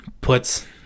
puts